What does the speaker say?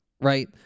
right